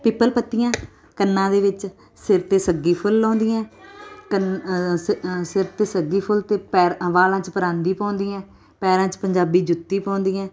ਪਿੱਪਲ ਪੱਤੀਆਂ ਕੰਨਾਂ ਦੇ ਵਿੱਚ ਸਿਰ 'ਤੇ ਸੱਗੀ ਫੁੱਲ ਲਾਉਂਦੀਆਂ ਕੰਨ ਸਿਰ 'ਤੇ ਸੱਗੀ ਫੁੱਲ ਅਤੇ ਪੈਰ ਵਾਲਾਂ 'ਚ ਪਰਾਂਦੀ ਪਾਉਂਦੀਆਂ ਪੈਰਾਂ 'ਚ ਪੰਜਾਬੀ ਜੁੱਤੀ ਪਾਉਂਦੀਆਂ